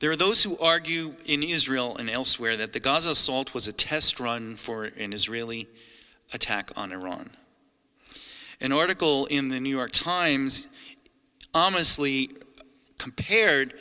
there are those who argue in israel and elsewhere that the gaza salt was a test run for an israeli attack on iran an article in the new york times honestly compared